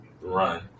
run